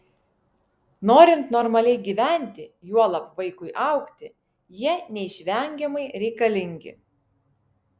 norint normaliai gyventi juolab vaikui augti jie neišvengiamai reikalingi